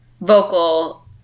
vocal